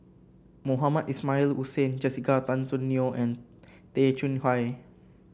Mohamed Ismail Hussain Jessica Tan Soon Neo and Tay Chong Hai